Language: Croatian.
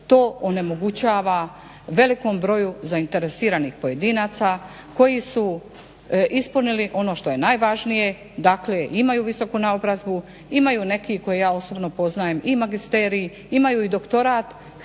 to onemogućava velikom broju zainteresiranih poedinaca koji su ispunili ono što je najvažnije dakle imaju visoku naobrazbu, imaju neki koje ja osobno poznajem i magisterij imaju i doktorat, htjeli